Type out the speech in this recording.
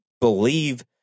believe